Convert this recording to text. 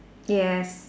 yes